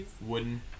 wooden